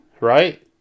right